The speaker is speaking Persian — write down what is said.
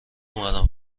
اومدم